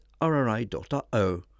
rri.o